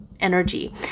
energy